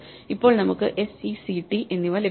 ഇപ്പോൾ നമുക്ക് s e c t എന്നിവ ലഭിക്കും